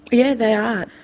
yeah they are.